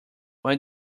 when